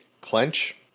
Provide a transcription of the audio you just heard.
clench